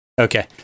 Okay